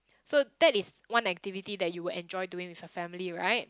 so that is one activity that you will enjoy doing with your family right